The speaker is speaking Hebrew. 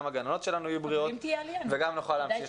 שגם הגננות שלנו יהיו בריאות וגם נוכל להמשיך להפעיל את הגנים.